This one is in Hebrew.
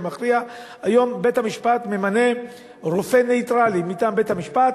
מכריע היום בית-המשפט ממנה רופא נייטרלי מטעם בית-המשפט,